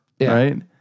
Right